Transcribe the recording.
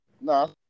No